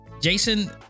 jason